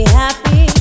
happy